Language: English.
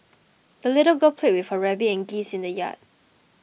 the little girl played with her rabbit and geese in the yard